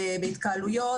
בהתקהלויות,